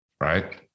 right